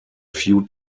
few